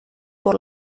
por